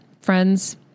friends